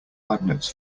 magnets